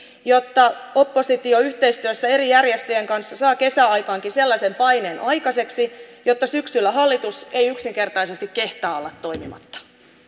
että oppositio yhteistyössä eri järjestöjen kanssa saa kesäaikaankin sellaisen paineen aikaiseksi että syksyllä hallitus ei yksinkertaisesti kehtaa olla toimimatta